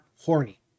horny